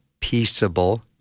peaceable